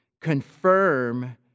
confirm